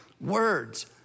words